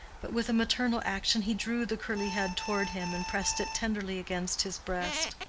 but with a maternal action he drew the curly head toward him and pressed it tenderly against his breast.